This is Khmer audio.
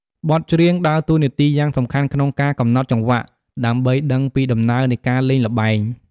បទច្រៀងដើរតួនាទីយ៉ាងសំខាន់ក្នុងការ កំណត់ចង្វាក់ ដើម្បីដឹងពីដំណើរនៃការលេងល្បែង។